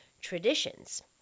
traditions